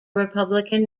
republican